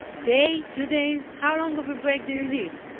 day? two days? how long of a break do you need?